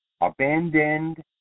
abandoned